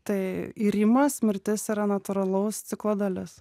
tai irimas mirtis yra natūralaus ciklo dalis